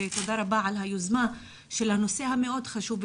ותודה רבה על היוזמה בנושא המאוד חשוב זה,